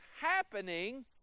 happening